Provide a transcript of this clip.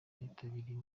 bitabiriye